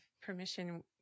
permission